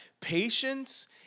patience